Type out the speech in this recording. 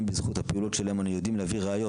ואם בזכות הפעולות שלהם אנחנו יודעים להביא ראיות